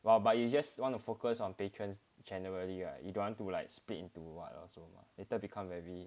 but you just want to focus on patrons generally right you don't want to like split into what also later become very